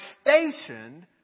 stationed